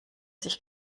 sich